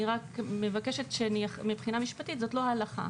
אני רק מבקשת שמבחינה משפטית זאת לא ההלכה.